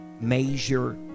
Measure